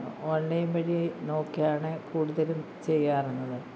online വഴി നോക്കിയാണ് കൂടുതലും ചെയ്യാറുള്ളത്